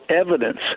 evidence